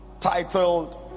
titled